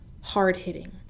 hard-hitting